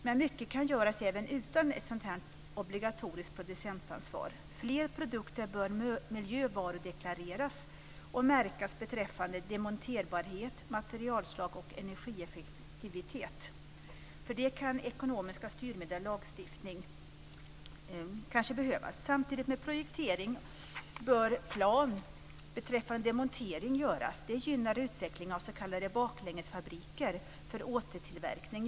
Men mycket kan göras även utan obligatoriskt producentansvar. Fler produkter bör miljövarudeklareras och märkas beträffande demonterbarhet, materialslag och energieffektivitet. För detta kan en lagstiftning om ekonomiska styrmedel behövas. Samtidigt med projektering bör en plan beträffande demontering göras. Det gynnar utvecklingen av s.k. baklängesfabriker för återtillverkning.